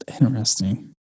interesting